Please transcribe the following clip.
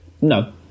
No